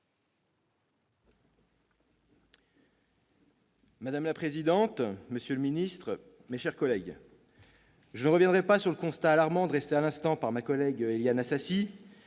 Madame la présidente, monsieur le secrétaire d'État, mes chers collègues, je ne reviendrai pas sur le constat alarmant dressé à l'instant par ma collègue Éliane Assassi.